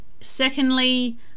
Secondly